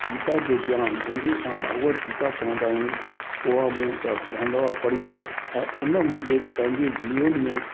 गीता जो ज्ञानु जंहिंखे असां भागवत गीता चवंदा आहियूं उहा मूं घणनि दफा पढ़ी आहे ऐं उन मुंहिंजे पंहिंजे जीवन में